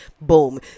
boom